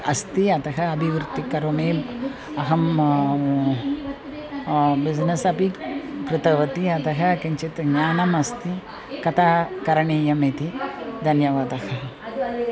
अस्ति अतः अभिवृद्धिः करोमि अहं बिजे़नेस् अपि कृतवति अतः किञ्चित् ज्ञानम् अस्ति कदा करणीयम् इति धन्यवादः